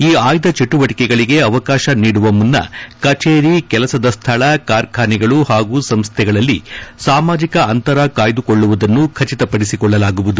ಈ ಆಯ್ದ ಚಟುವಟಿಕೆಗಳಿಗೆ ಅವಕಾಶ ನೀಡುವ ಮುನ್ನ ಕಚೇರಿ ಕೆಲಸ ಸ್ವಳ ಕಾರ್ಖಾನೆಗಳು ಹಾಗೂ ಸಂಸ್ಥೆಗಳಲ್ಲಿ ಸಾಮಾಜಿಕ ಅಂತರ ಕಾಯ್ದುಕೊಳ್ಳುವುದನ್ನು ಖಚಿತಪಡಿಸಿಕೊಳ್ಳಲಾಗುವುದು